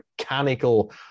mechanical